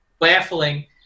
baffling